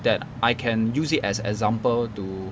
that I can use it as example to